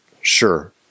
sure